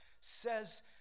says